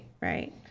right